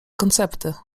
koncepty